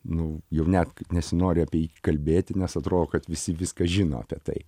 nu jau net nesinori apie jį kalbėti nes atrodo kad visi viską žino apie tai